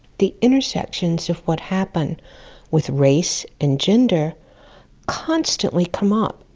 the intersections of what happened with race and gender constantly come up,